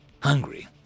hungry